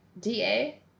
DA